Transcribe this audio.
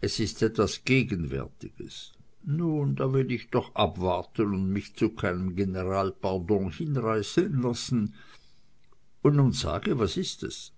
es ist etwas gegenwärtiges nun da will ich doch abwarten und mich zu keinem generalpardon hinreißen lassen und nun sage was ist es